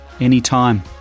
anytime